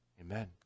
amen